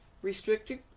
restricted